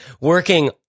Working